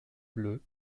bleus